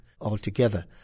altogether